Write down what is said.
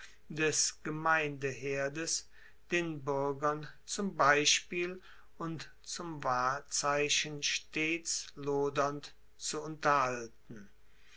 des gemeindeherdes den buergern zum beispiel und zum wahrzeichen stets lodernd zu unterhalten